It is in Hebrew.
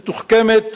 מתוחכמת,